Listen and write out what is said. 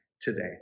today